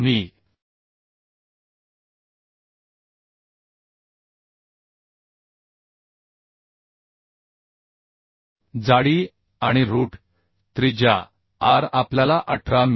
मी जाडी आणि रूट त्रिज्या r आपल्याला 18 मि